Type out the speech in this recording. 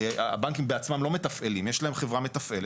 הבנקים בעצמם לא מתפעלים, יש להם חברה מתפעלת.